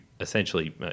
essentially